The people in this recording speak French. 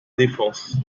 défense